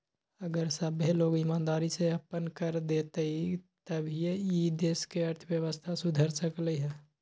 अगर सभ्भे लोग ईमानदारी से अप्पन कर देतई तभीए ई देश के अर्थव्यवस्था सुधर सकलई ह